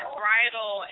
bridal